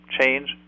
change